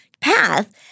path